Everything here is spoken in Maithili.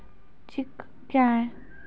जिंक क्या हैं?